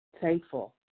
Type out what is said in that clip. thankful